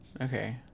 Okay